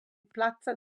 plazza